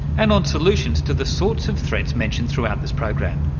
and on solutions to the sorts of threats mentioned throughout this program.